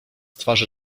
twarzy